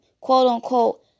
quote-unquote